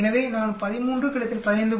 எனவே நான் 13 15